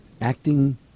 acting